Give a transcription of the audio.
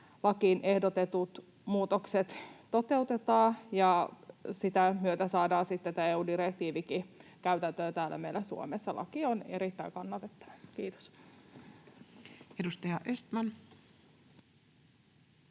lakiin ehdotetut muutokset toteutetaan ja sitä myötä saadaan sitten tämä EU-direktiivikin käytäntöön täällä meillä Suomessa. Laki on erittäin kannatettava. — Kiitos. Edustaja Östman.